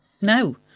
No